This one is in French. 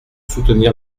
soutenir